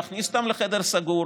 להכניס אותם לחדר סגור,